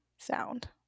Sound